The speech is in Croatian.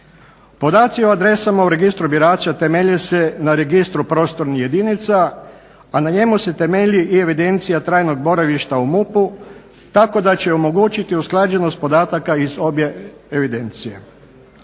Podaci o adresama u registru birača temelje se na registru prostornih jedinica, a na njemu se temelji i evidencija trajnog boravišta u MUP-u, tako da će omogućiti usklađenost podataka iz obje evidencije.